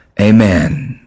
Amen